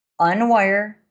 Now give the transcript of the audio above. Unwire